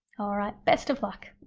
best of luck!